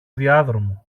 διάδρομο